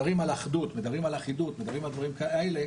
שחייב להיות,